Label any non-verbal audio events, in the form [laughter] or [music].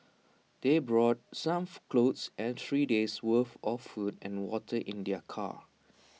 they brought some [noise] clothes and three days' worth of food and water in their car